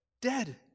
Dead